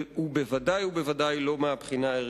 וודאי וודאי לא מהבחינה הערכית.